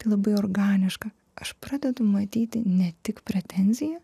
tai labai organiška aš pradedu matyti ne tik pretenziją